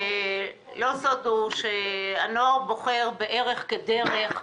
זה לא סוד שהנוער בוחר בערך כדרך,